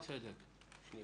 בצדק.